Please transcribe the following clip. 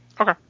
Okay